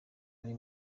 ari